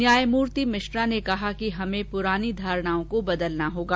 न्यायमूर्ति मिश्रा ने कहा हमे पुरानी धारणाओं को बदलना होगा